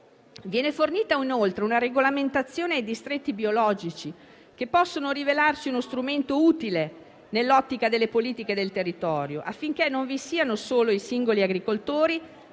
Viene inoltre fornita una regolamentazione ai distretti biologici, che possono rivelarsi uno strumento utile nell'ottica delle politiche del territorio, affinché non vi siano solo i singoli agricoltori,